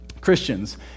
Christians